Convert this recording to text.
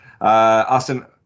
Austin